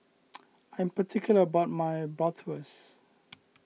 I'm particular about my Bratwurst